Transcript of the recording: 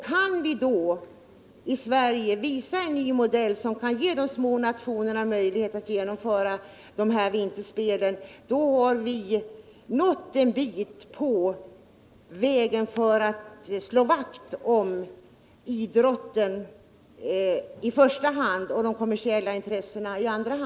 Kan vii Sverige uppvisa en ny modell, som kan ge de små nationerna möjligheter att genomföra dessa vinterspel, har vi nått en bil på vägen när det gäller att slå vakt om idrotten gentemot de kommersiella intressena.